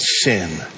sin